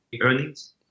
earnings